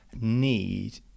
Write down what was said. need